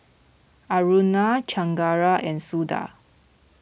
Aruna Chengara and Suda